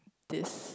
this